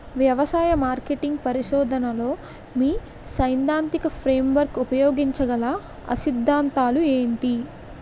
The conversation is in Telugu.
వ్యవసాయ మార్కెటింగ్ పరిశోధనలో మీ సైదాంతిక ఫ్రేమ్వర్క్ ఉపయోగించగల అ సిద్ధాంతాలు ఏంటి?